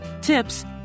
tips